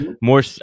more